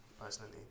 personally